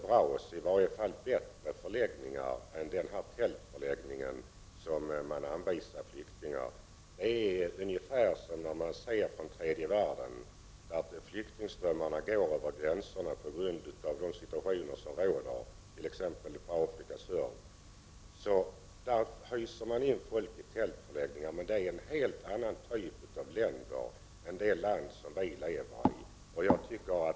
Även om dessa inte är bra borde de i varje fall vara bättre än den tältförläggning som man här hänvisar flyktingar till. Man kan jämföra med förhållandena i tredje världen och flyktingströmmarna över gränserna där på grund av rådande förhållanden — till exempel på Afrikas Horn. Man hyser där in folk i tältförläggningar. Men då handlar det ju om en helt annan typ av länder än det land som vi lever i.